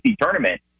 tournament